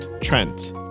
Trent